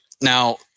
now